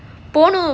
போனும்:ponum